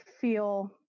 feel